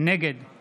נגד יואב